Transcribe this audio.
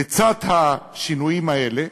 לצד השינויים האלה,